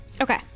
Okay